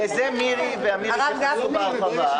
לזה מירי סביון ואמיר דהן התייחסו בהרחבה,